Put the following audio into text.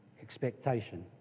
expectation